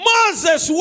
Moses